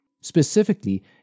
Specifically